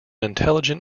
intelligent